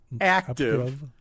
active